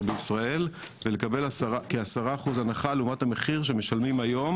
בישראל ולקבל כ-10% הנחה לעומת המחיר שמשלמים היום